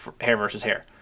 hair-versus-hair